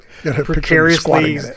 precariously